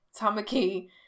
Tamaki